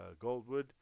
Goldwood